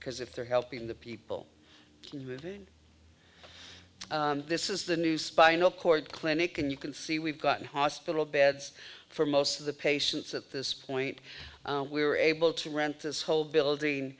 because if they're helping the people living this is the new spinal cord clinic and you can see we've got hospital beds for most of the patients at this point we were able to rent this whole building